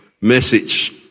message